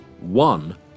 One